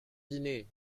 dîner